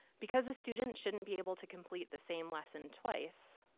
because the student shouldn't be able to complete the same lesson twice,